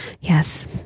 Yes